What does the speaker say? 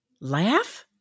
Laugh